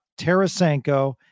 Tarasenko